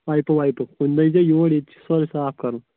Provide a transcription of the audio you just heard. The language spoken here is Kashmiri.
پایپہٕ وایپہٕ کُنہِ دۄہ یی زیو یور ییٚتہِ چھ سورُے صاف کرُن